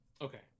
Okay